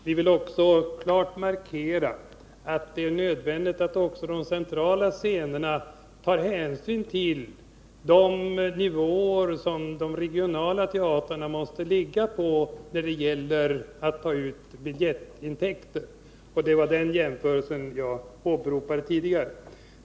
Vi vill också klart markera att det är nödvändigt att också de centrala scenerna tar hänsyn till de nivåer som de regionala teatrarna måste ligga på när det gäller att ta in biljettintäkter. Det var den jämförelsen jag åberopade tidigare.